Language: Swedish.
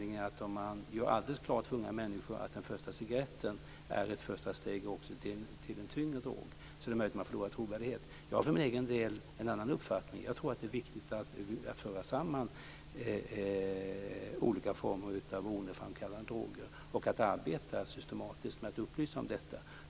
Gör man alldeles klart för unga människor att den första cigarretten är ett första steg också till en tyngre drog, är det möjligt att man förlorar i trovärdighet. Jag har för min egen del en annan uppfattning. Jag tror att det är viktigt att föra samman olika former av beroendeframkallande droger och att arbeta systematiskt med att upplysa om detta.